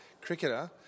cricketer